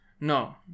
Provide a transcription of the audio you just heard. No